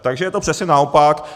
Takže je to přesně naopak.